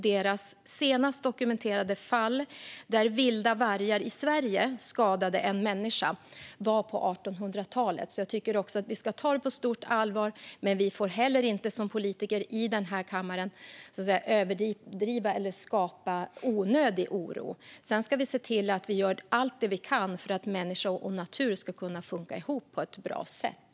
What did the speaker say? Deras senast dokumenterade fall, då vilda vargar i Sverige skadade en människa, inträffade på 1800-talet. Jag tycker att vi ska detta på stort allvar. Men vi som politiker i denna kammare får inte heller överdriva eller skapa onödig oro. Sedan ska vi givetvis se till att göra allt vi kan för att människa och natur ska kunna funka ihop på ett bra sätt.